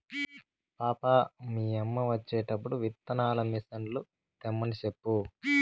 పాపా, మీ యమ్మ వచ్చేటప్పుడు విత్తనాల మిసన్లు తెమ్మని సెప్పు